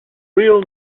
real